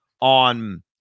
on